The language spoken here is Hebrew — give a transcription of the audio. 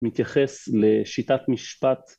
מתייחס לשיטת משפט